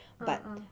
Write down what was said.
ah ah